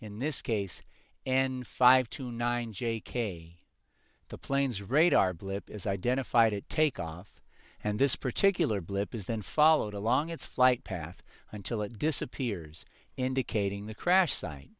in this case and five to nine j k the plane's radar blip is identified it take off and this particular blip is then followed along its flight path until it disappears indicating the crash si